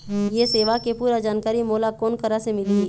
ये सेवा के पूरा जानकारी मोला कोन करा से मिलही?